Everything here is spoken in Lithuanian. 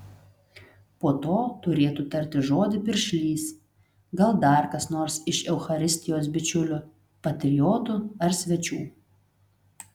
po to turėtų tarti žodį piršlys gal dar kas nors iš eucharistijos bičiulių patriotų ar svečių